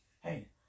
Hey